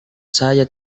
saya